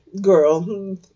girl